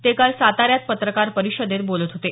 ते काल साताऱ्यात पत्रकार परिषदेत बोलत होते